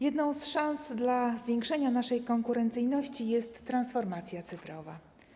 Jedną z szans na zwiększenie naszej konkurencyjności jest transformacja cyfrowa.